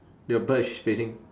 your bird is facing